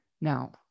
Now